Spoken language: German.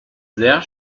sehr